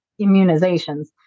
immunizations